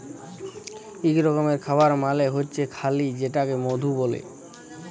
ইক রকমের খাবার মালে হচ্যে হালি যেটাকে মধু ব্যলে